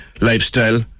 Lifestyle